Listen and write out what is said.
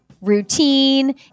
routine